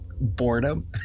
boredom